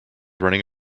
running